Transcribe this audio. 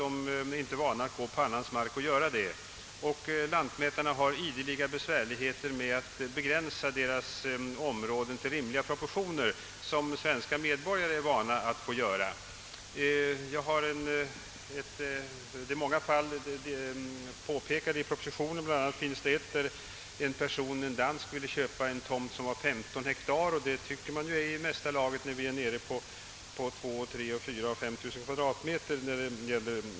De är inte vana att gå på annans mark och göra detta, och lantmätarna har ideligen besvär med att begränsa deras områden till de rimliga proportioner svenska medborgare är vana vid. I propositionen påpekas detta, bl.a. anförs ett exempel där en dansk ville köpa en tomt på 15 hektar vilket man tycker är i största laget nu när vi är vana vid tomter på 2 000—5 000 kvadratmeter.